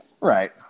Right